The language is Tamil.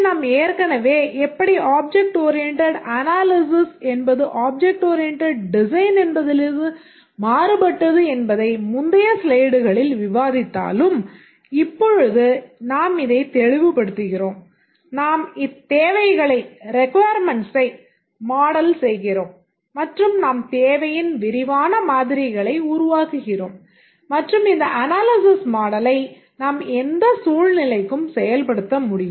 நாம் ஆப்ஜெக்ட் ஓரியண்டட் அனாலிசிஸ் நாம் எந்த சூழ்நிலைக்கும் செயல்படுத்த முடியும்